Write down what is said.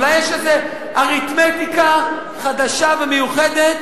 אולי יש אריתמטיקה חדשה ומיוחדת.